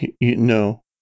No